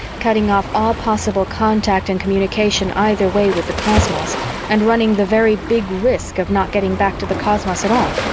cutting off all possible contact and communication either way with the cosmos and running the very big risk of not getting back to the cosmos at all?